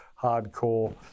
hardcore